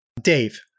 Dave